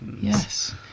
Yes